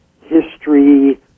history